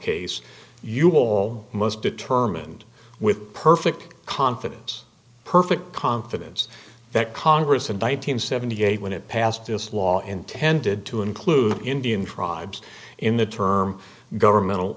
case you will most determined with perfect confidence perfect confidence that congress in one nine hundred seventy eight when it passed this law intended to include indian tribes in the term governmental